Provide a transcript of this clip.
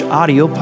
audio